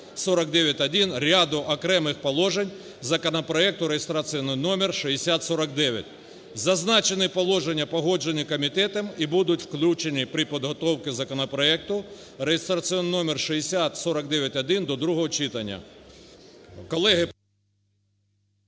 законопроекту реєстраційний номер 6049. Зазначені положення погоджені комітетом і будуть включені при підготовці законопроекту реєстраційний номер 6049-1 до другого читання.